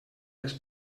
les